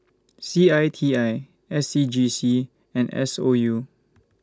C I T I S C G C and S O U